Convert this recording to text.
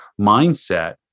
mindset